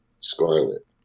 Scarlet